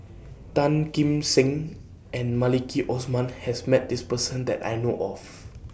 Tan Kim Seng and Maliki Osman has Met This Person that I know of